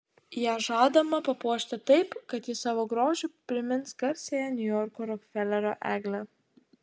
ją žadama papuošti taip kad ji savo grožiu primins garsiąją niujorko rokfelerio eglę